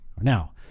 now